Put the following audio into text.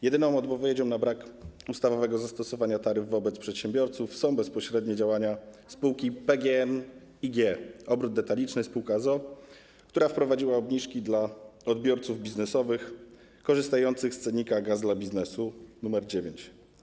Jedyną odpowiedzią na brak ustawowego zastosowania taryf wobec przedsiębiorców są bezpośrednie działania spółki PGNiG Obrót Detaliczny Sp. z o.o., która wprowadziła obniżki dla odbiorców biznesowych korzystających z cennika: gaz dla biznesu nr 9.